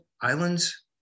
Islands